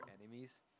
enemies